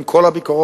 עם כל הביקורות,